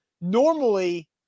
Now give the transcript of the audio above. Normally